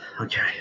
Okay